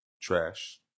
trash